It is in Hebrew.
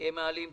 מעלים כאן.